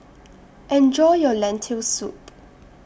Enjoy your Lentil Soup